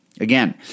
Again